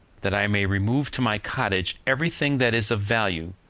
that i may remove to my cottage every thing that is of value,